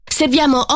serviamo